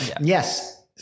Yes